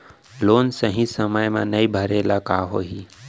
Loan सही समय मा नई भरे ले का होही?